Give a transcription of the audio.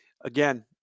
again